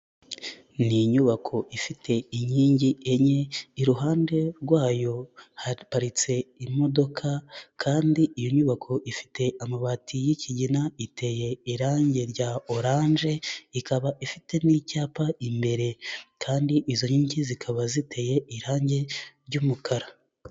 Ni inyubako ifite inkingi enye, iruhande rwayo haparitse imodoka, kandi iyo nyubako ifite amabati y'ikigina, iteye irangi rya orange, ikaba ifite ni icyapa imbere, kandi izo nkingi zikaba ziteye irangi ry'umukara.